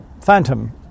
Phantom